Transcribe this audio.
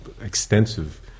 extensive